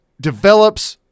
develops